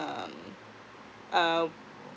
um uh